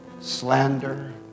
slander